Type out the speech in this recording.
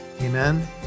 Amen